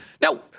Now